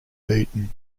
beaten